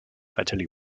fatally